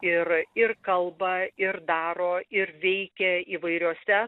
ir ir kalba ir daro ir veikia įvairiose